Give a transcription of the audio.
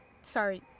sorry